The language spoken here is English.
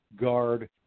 guard